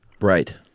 Right